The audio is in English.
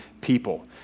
people